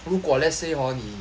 如果 let's say hor 你